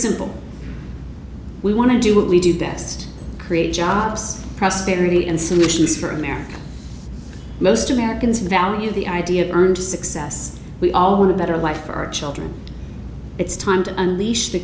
simple we want to do what we do dest create jobs prosperity and solutions for america most americans value the idea of success we all want a better life for our children it's time to unleash the